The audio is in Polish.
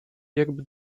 jakby